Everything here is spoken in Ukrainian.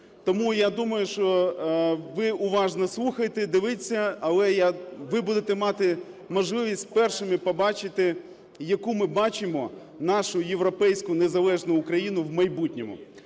Тому я думаю, що, ви уважно слухайте, дивіться, але ви будете мати можливість першими побачити, яку ми бачимо нашу європейську незалежну Україну в майбутньому.